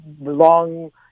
long